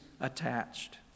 attached